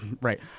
Right